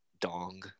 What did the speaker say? dong